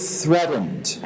threatened